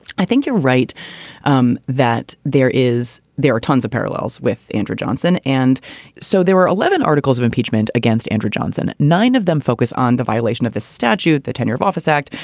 i think you're right um that there is there are tons of parallels with andrew johnson. and so there were eleven articles of impeachment against andrew johnson. nine of them focus on the violation of the statute, the tenure of office act,